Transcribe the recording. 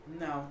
No